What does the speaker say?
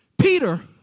Peter